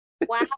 Wow